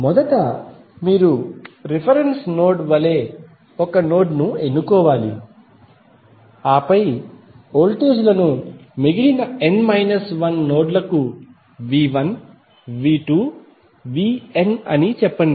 మొదట మీరు reference node వలె ఒక నోడ్ ను ఎన్నుకోవాలి ఆపై వోల్టేజ్ లను మిగిలిన n 1 నోడ్ లకు V1 V2 Vn అని చెప్పండి